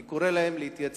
אני קורא לו להתייצב,